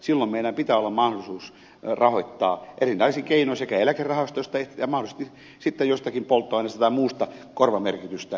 silloin meillä pitää olla mahdollisuus rahoittaa erilaisin keinoin sekä eläkerahastoista että mahdollisesti sitten jostakin polttoaineesta tai muusta korvamerkitystä rahankeräämiskeinosta